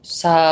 sa